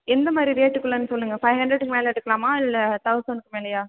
எந்த மாதிரி ரேட்டுக்குள்ளேன்னு சொல்லுங்கள் ஃபைவ் ஹண்ட்ரடுக்கு மேலே எடுக்கலாமா இல்லை தௌசண்க்கு மேலேயா